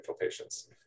patients